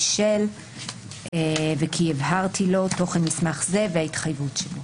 של_ _ וכי הבהרתי לו תוכן מסמך זה וההתחייבות שלו".